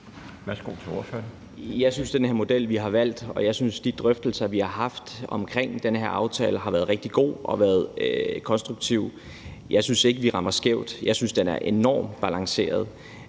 Rona (M): Jeg synes, at den her model, vi har valgt, og de drøftelser, vi har haft om den her aftale, har været rigtig gode og konstruktive. Jeg synes ikke, at vi rammer skævt. Jeg synes, at den er enormt balanceret.